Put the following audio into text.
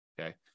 Okay